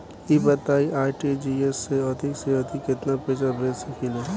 ई बताईं आर.टी.जी.एस से अधिक से अधिक केतना पइसा भेज सकिले?